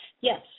yes